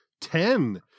Ten